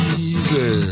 easy